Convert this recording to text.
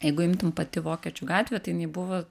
jeigu imtum pati vokiečių gatvė tai jinai buvo